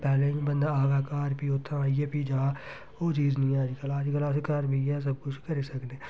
पैह्ले इ'यां बंदा आवा घर फ्ही उत्थै आइयै फ्ही जा ओह् चीज़ नेईं ऐ अज्जकल अज्जकल अस घर बेहियै सब कुछ करी सकनें